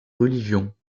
religions